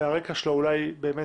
והרקע שלו אולי באמת,